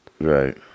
Right